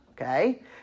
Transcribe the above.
okay